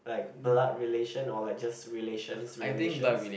like blood relation or like just relations relations